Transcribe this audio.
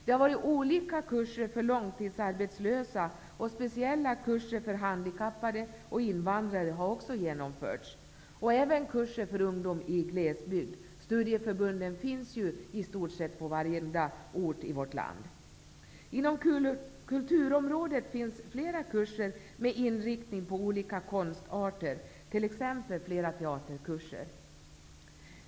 Det har varit olika kurser för långtidsarbetslösa. Speciella kurser för handikappade och invandrare har också genomförts. Det har även varit kurser för ungdom i glesbygd. Studieförbunden finns ju på i stort sett varje ort i vårt land. Inom kulturområdet finns flera kurser med inriktning på olika konstarter, t.ex. flera teaterkurser.